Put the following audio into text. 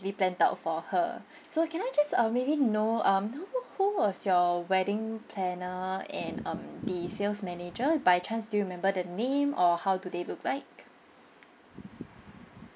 planned out for her so can I just err maybe know um who who was your wedding planner and um the sales manager by chance do you remember the name or how do they look like